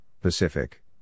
Pacific